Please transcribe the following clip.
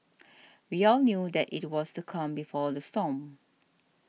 we all knew that it was the calm before the storm